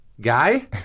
guy